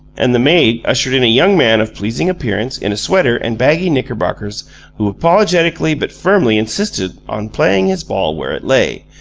and the maid ushered in a young man of pleasing appearance in a sweater and baggy knickerbockers who apologetically but firmly insisted on playing his ball where it lay,